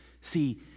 See